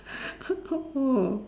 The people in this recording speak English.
oh